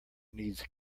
needs